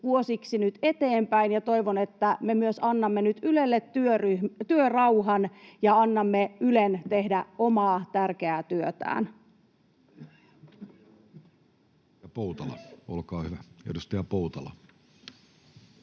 vuosiksi nyt eteenpäin, ja toivon, että me myös annamme nyt Ylelle työrauhan ja annamme Ylen tehdä omaa tärkeää työtään.